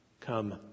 come